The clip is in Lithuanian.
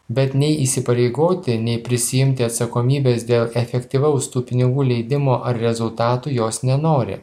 bet nei įsipareigoti nei prisiimti atsakomybės dėl efektyvaus tų pinigų leidimo ar rezultatų jos nenori